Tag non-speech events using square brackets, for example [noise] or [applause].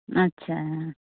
ᱟᱪᱪᱷᱟ [unintelligible]